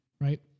right